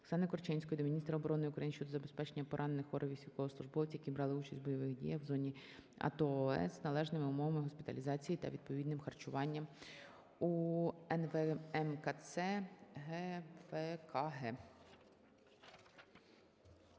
Оксани Корчинської до міністра оборони України щодо забезпечення поранених, хворих військовослужбовців, які брали участь у бойових діях в зоні АТО/ООС, належними умовами госпіталізації та відповідним харчуванням у НВМКЦ "ГВКГ".